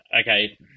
okay